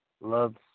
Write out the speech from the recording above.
loves